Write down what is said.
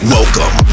Welcome